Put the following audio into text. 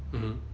mmhmm